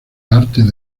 artes